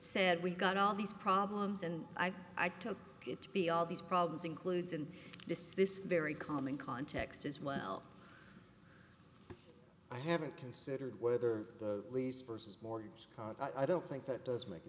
said we got all these problems and i took it to be all these problems includes in this this very common context as well i haven't considered whether the lease versus mortgage i don't think that does make a